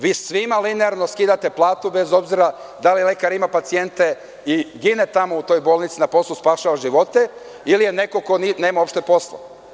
Vi svima linearno skidate platu, bez obzira da li lekar ima pacijent i gine tamo u toj bolnici na poslu, spašava živote ili je neko ko nema uopšte posla.